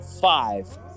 five